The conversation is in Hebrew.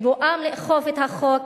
בבואם לאכוף את החוק,